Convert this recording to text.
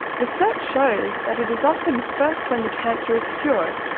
research shows that it is often first when the cancer is cured,